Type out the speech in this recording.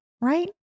right